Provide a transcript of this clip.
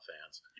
fans